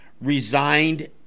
resigned